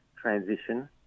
transition